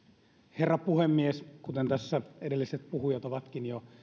herra puhemies kuten tässä edelliset puhujat ovatkin jo